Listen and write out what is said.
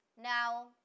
now